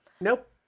Nope